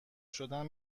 شدن